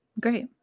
Great